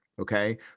okay